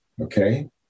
okay